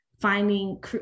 finding